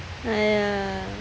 !aiya!